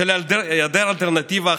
בשל היעדר אלטרנטיבה,